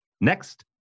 next